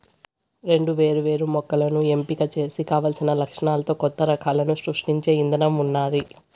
రెండు వేరు వేరు మొక్కలను ఎంపిక చేసి కావలసిన లక్షణాలతో కొత్త రకాలను సృష్టించే ఇధానం ఉన్నాది